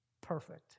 perfect